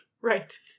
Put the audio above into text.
Right